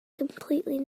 completely